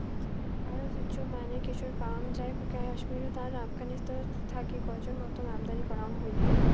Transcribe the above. ভারতত উচ্চমানের কেশর পাওয়াং যাই কাশ্মীরত আর আফগানিস্তান থাকি গরোজ মতন আমদানি করাং হই